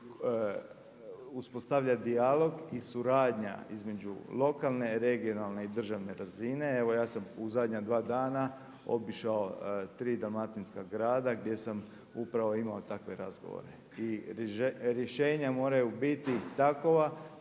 uspostavlja dijalog i suradnja između lokalne, regionalne i državne razine. Evo ja sam u zadnja dva dana obišao tri dalmatinska grada gdje sam upravo imao takve razgovore. I rješenja moraju biti takova